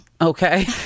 Okay